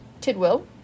Tidwell